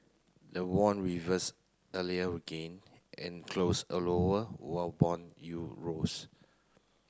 the won reversed earlier will gain and close a lower while bond you rose